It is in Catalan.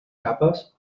capes